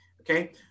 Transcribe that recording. okay